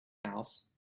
house